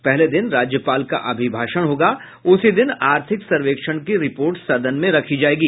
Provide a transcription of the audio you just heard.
पहले दिन राज्यपाल का अभिभाषण होगा उसी दिन आर्थिक सर्वेक्षण की रिपोर्ट सदन में रखी जायेगी